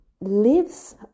lives